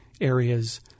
areas